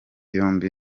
yombi